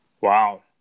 Wow